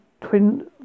twin